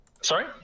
Sorry